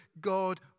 God